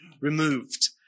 removed